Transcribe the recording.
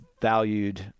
valued